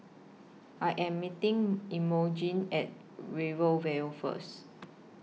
I Am meeting Imogene At Rivervale First